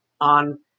on